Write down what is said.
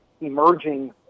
emerging